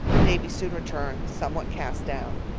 davy soon returned, somewhat cast down.